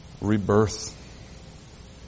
rebirth